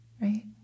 right